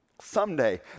Someday